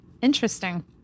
Interesting